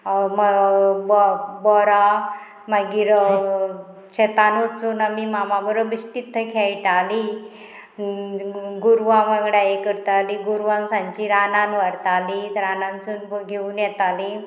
बोरां मागीर शेतान वचून आमी मामा बरो बिश्टीत थंय खेळटालीं गोरवां वांगडा हें करतालीं गोरवांक सांची रानान व्हरताली रानानसून घेवन येताली